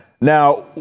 Now